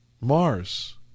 Mars